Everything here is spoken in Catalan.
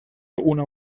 una